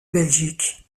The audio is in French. belgique